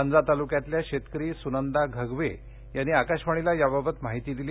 लांजा तालुक्यातल्या शेतकरी सुनंदा घगवे यांनी आकाशवाणीला यावावत माहिती दिली